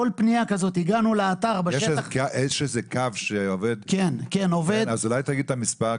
בכל פנייה כזאת הגענו לאתר בשטח --- אז אולי תגיד את המספר?